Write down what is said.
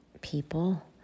people